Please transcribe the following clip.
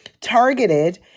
targeted